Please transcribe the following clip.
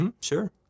sure